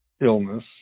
illness